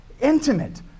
intimate